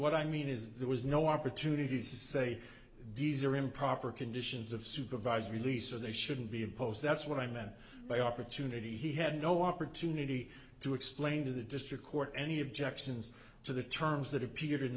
what i mean is there was no opportunity to say these are improper conditions of supervised release or they shouldn't be imposed that's what i meant by opportunity he had no opportunity to explain to the district court any objections to the terms that appeared